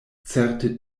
certe